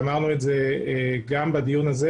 ואמרנו את זה גם בדיון הזה